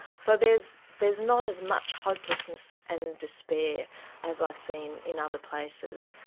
so there's there's not as much hopelessness and despair as i've seen in other places.